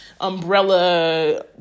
umbrella